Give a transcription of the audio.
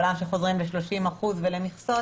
לפעול בעולם שחוזרים ל-30% ולמכסות.